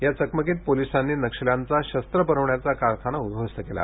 या चकमकीत पोलिसांनी नक्षल्यांचा शस्त्र बनवण्याचा कारखाना उदध्वस्त केला